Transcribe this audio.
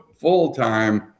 full-time